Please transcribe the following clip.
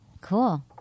Cool